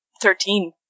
Thirteen